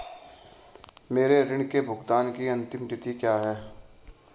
मेरे ऋण के भुगतान की अंतिम तिथि क्या है?